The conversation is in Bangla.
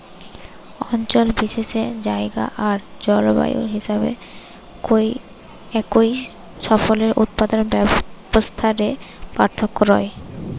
অঞ্চল বিশেষে জায়গা আর জলবায়ু হিসাবে একই ফসলের উৎপাদন ব্যবস্থা রে পার্থক্য রয়